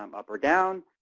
um up or down,